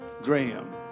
Graham